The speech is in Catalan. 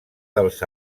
dels